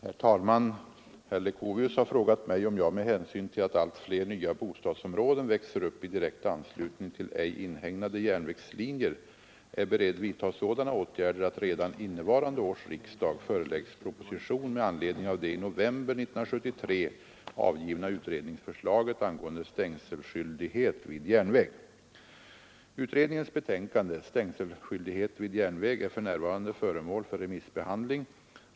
Herr talman! Herr Leuchovius har frågat mig om jag, med hänsyn till att allt fler nya bostadsområden växer upp i direkt anslutning till ej inhägnade järnvägslinjer, är beredd vidta sådana åtgärder att redan innevarande års riksdag föreläggs proposition med anledning av det i november 1973 avgivna utredningsförslaget angående stängselskyldighet vid järnväg. Utredningens betänkande, Stängselskyldighet vid järnväg, är för närvarande föremål för remissbehandling.